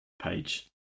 page